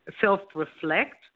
self-reflect